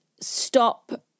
stop